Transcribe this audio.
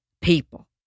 people